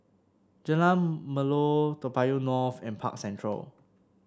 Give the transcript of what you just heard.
Jalan Melor Toa Payoh North and Park Central